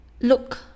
look